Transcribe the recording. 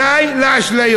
די, די לאשליות.